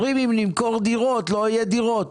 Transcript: אומרים, אם נמכור דירות לא יהיה דירות.